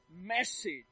message